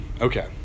Okay